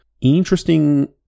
interesting